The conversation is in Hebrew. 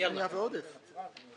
פנייה ועודף.